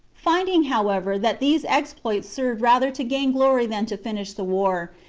finding, however, that these exploits served rather to gain glory than to finish the war,